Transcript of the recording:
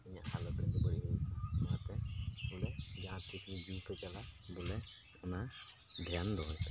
ᱛᱚᱵᱮ ᱤᱧᱟᱹᱜ ᱦᱟᱞᱚᱛ ᱵᱩᱜᱤ ᱵᱟᱹᱲᱤᱡ ᱦᱳᱭ ᱠᱚᱜᱼᱟ ᱚᱱᱟᱛᱮ ᱵᱚᱞᱮ ᱡᱟᱦᱟᱸ ᱛᱤᱥ ᱜᱮ ᱡᱩ ᱯᱮ ᱪᱟᱞᱟᱜᱼᱟ ᱵᱚᱞᱮ ᱚᱱᱟ ᱫᱮᱭᱟᱱ ᱫᱚᱦᱚᱭ ᱯᱮ